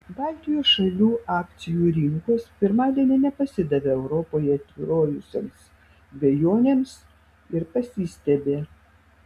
baltijos šalių akcijų rinkos pirmadienį nepasidavė europoje tvyrojusioms dvejonėms ir pasistiebė